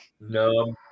No